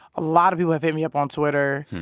a lot of people have hit me up on twitter.